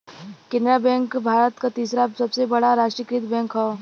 Canara bank Bharat क तीसरा सबसे बड़ा राष्ट्रीयकृत बैंक हौ